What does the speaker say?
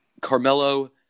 Carmelo